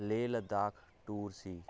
Leh Ladakh tour ਸੀ